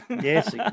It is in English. Yes